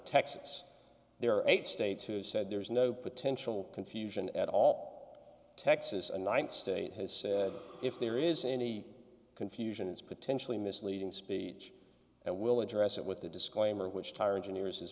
texas there are eight states who said there is no potential confusion at all texas a ninth state has said if there is any confusion it's potentially misleading speech and will address it with the disclaimer which tire engineers